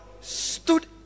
stood